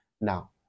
now